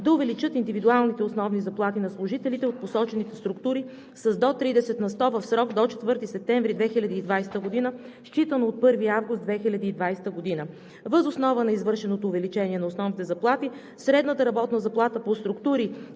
да увеличат индивидуалните основни заплати на служителите от посочените структури с до 30 на сто в срок до 4 септември 2020 г., считано от 1 август 2020 г. Въз основа на извършеното увеличение на основните заплати средната работна заплата по структури